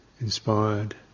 inspired